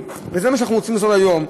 וזה מה שאנחנו רוצים לעשות היום.